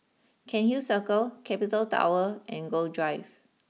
Cairnhill Circle capital Tower and Gul Drive